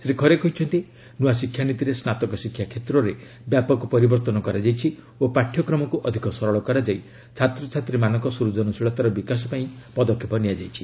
ଶ୍ରୀ ଖରେ କହିଛନ୍ତି ନୂଆ ଶିକ୍ଷାନୀତିରେ ସ୍ନାତକ ଶିକ୍ଷା କ୍ଷେତ୍ରରେ ବ୍ୟାପକ ପରିବର୍ତ୍ତନ କରାଯାଇଛି ଓ ପାଠ୍ୟକ୍ରମକୁ ଅଧିକ ସରଳ କରାଯାଇ ଛାତ୍ରଛାତ୍ରୀମାନଙ୍କ ସୂଜନଶୀଳତାର ବିକାଶ ପାଇଁ ପଦକ୍ଷେପ ନିଆଯାଇଛି